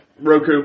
Roku